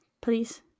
please